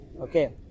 Okay